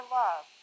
love